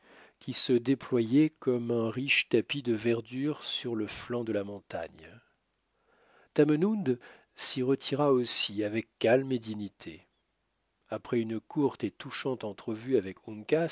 qui se déployait comme un riche tapis de verdure sur le flanc de la montagne tamenund s'y retira aussi avec calme et dignité après une courte et touchante entrevue avec